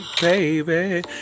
baby